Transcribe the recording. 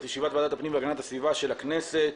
ישיבת ועדת הפנים והגנת הסביבה של הכנסת.